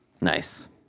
Nice